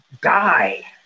die